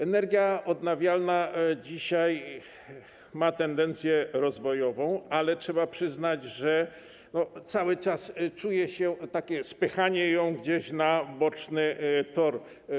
Energia odnawialna ma dzisiaj tendencję rozwojową, ale trzeba przyznać, że cały czas czuje się spychanie jej gdzieś na boczny tor.